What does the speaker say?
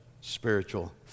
spiritual